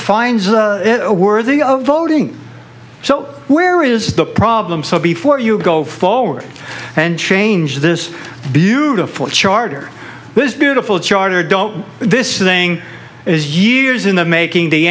finds it a worthy of voting so where is the problem so before you go forward and change this beautiful charter this beautiful charter don't this thing is years in the making the